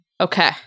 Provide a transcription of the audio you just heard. Okay